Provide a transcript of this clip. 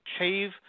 achieve